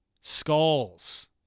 skulls